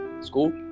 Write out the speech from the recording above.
School